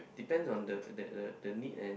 depends on the that the need and